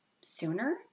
sooner